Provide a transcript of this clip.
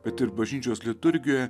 bet ir bažnyčios liturgijoje